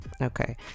Okay